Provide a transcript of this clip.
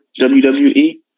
WWE